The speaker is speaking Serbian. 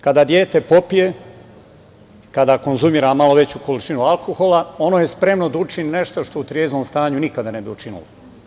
Kada dete popije, kada konzumira malo veću količinu alkohola, ono je spremno da učini nešto što u treznom stanju nikada ne bi učinilo.